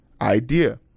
idea